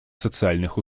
социальных